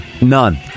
None